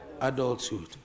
Adulthood